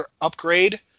upgrade